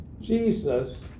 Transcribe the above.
Jesus